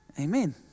Amen